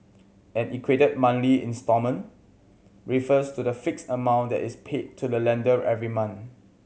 an equated monthly instalment refers to the fixed amount that is paid to the lender every month